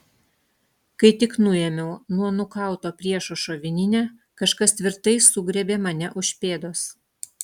kai tik nuėmiau nuo nukauto priešo šovininę kažkas tvirtai sugriebė mane už pėdos